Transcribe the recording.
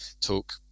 talk